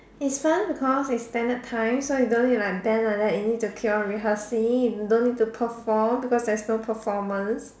it's fun because it's standard time so you don't need like bend like that you no need to keep on rehearsing you no need to perform because there's no performance